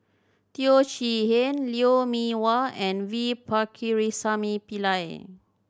Teo Chee Hean Lou Mee Wah and V Pakirisamy Pillai